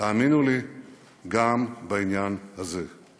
תאמינו לי גם בעניין הזה.